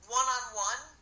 one-on-one